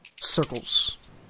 circles